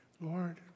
Lord